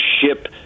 ship